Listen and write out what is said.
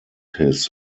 his